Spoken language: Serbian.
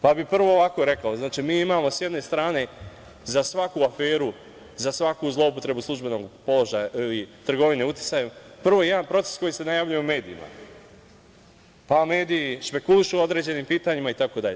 Prvo bih rekao da mi sa jedne strane imamo za svaku aferu, za svaku zloupotrebu službenog položaja ili trgovine uticajem, prvo jedan proces koji se najavljuje u medijima, pa mediji spekulišu o određenim pitanjima, itd.